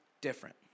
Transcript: different